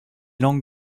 langues